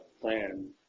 plan